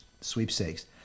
sweepstakes